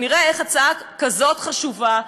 ונראה איך הצעה כזאת חשובה,